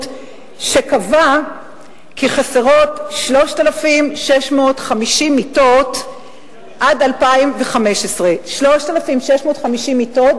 שקבע כי חסרות 3,650 מיטות עד 2015. 3,650 מיטות,